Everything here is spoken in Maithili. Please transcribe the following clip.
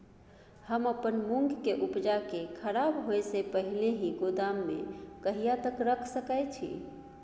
हम अपन मूंग के उपजा के खराब होय से पहिले ही गोदाम में कहिया तक रख सके छी?